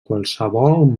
qualsevol